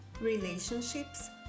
relationships